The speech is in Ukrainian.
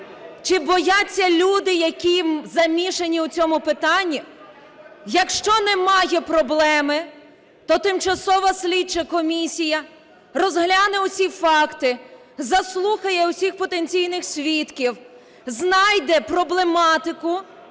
Чи бояться люди, які замішані у цьому питанні, якщо немає проблеми, то тимчасова слідча комісія розгляне усі факти, заслухає усіх потенційних свідків, знайде проблематику